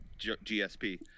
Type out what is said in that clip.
GSP